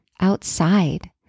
outside